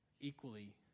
Equally